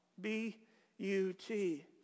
B-U-T